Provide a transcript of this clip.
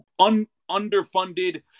underfunded